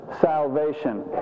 Salvation